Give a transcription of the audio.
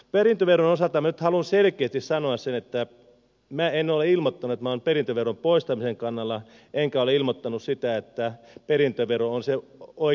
perintöveron osalta nyt haluan selkeästi sanoa sen että minä en ole ilmoittanut että minä olen perintöveron poistamisen kannalla enkä ole ilmoittanut sitä että perintövero on se oikea väylä ratkaista tätä sukupolvenvaihdostilannetta